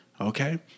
okay